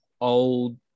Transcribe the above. old